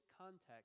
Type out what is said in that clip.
context